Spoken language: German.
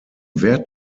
wert